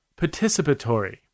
participatory